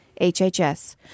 HHS